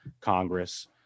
Congress